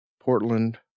Portland